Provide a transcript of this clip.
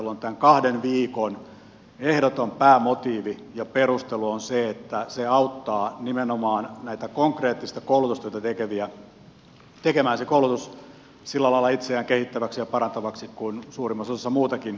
tämän kahden viikon ehdoton päämotiivi ja perustelu on se että se auttaa nimenomaan näitä konkreettista koulutustyötä tekeviä tekemään se koulutus sillä lailla itseään kehittäväksi ja parantavaksi kuin suurimmassa osassa muutakin työelämää